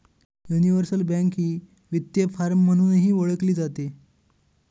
universal bank ही वित्तीय firm म्हणूनही ओळखली जाते